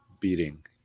beating